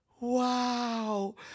wow